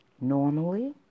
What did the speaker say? Normally